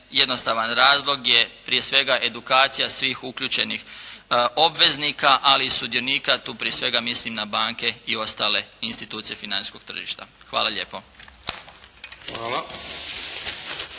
jednostavan razlog je prije svega edukacija svih uključenih obveznika ali i sudionika, tu prije svega mislim na banke i ostale institucije financijskog tržišta. Hvala lijepo.